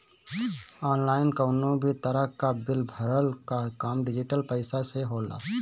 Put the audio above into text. online कवनो भी तरही कअ बिल भरला कअ काम डिजिटल पईसा से होला